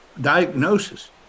diagnosis